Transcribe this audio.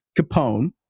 Capone